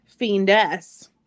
fiendess